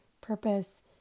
purpose